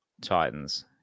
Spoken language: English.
Titans